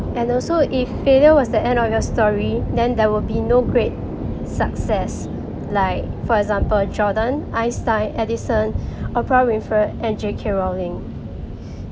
and also if failure was the end of your story then there will be no great success like for example jordan einstein edison oprah winfrey and j k rowling